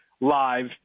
live